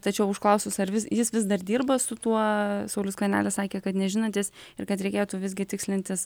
tačiau užklausus ar vis jis vis dar dirba su tuo saulius skvernelis sakė kad nežinantis ir kad reikėtų visgi tikslintis